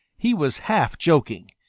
he was half joking.